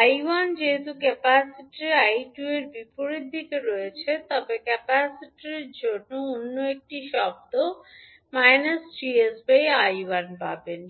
𝐼1 যেহেতু ক্যাপাসিটরের 𝐼2 এর বিপরীত দিকে রয়েছে আপনি ক্যাপাসিটরের জন্য অন্য একটি শব্দ পাবেন